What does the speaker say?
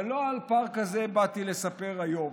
אבל לא על פארק הזה באתי לספר היום,